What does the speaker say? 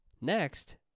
Next